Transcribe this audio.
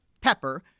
Pepper